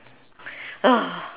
ugh